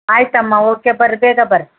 ಆಯಿತಮ್ಮ ಓಕೆ ಬರ್ರಿ ಬೇಗ ಬರ್ರಿ